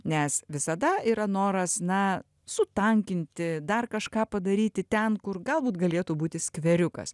nes visada yra noras na sutankinti dar kažką padaryti ten kur galbūt galėtų būti skveriukas